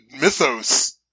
mythos